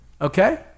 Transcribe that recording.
Okay